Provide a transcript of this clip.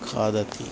खादति